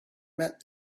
met